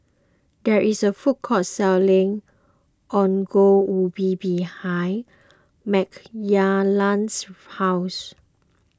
there is a food court selling Ongol Ubi behind Mckayla's house